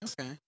Okay